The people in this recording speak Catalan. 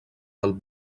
del